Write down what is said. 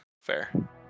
Fair